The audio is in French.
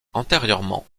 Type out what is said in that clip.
antérieurement